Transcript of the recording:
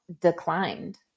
declined